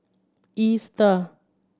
Easter